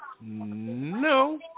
No